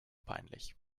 peinlich